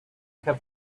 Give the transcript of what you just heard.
have